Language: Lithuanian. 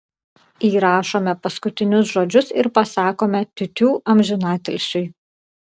įrašome paskutinius žodžius ir pasakome tiutiū amžinatilsiui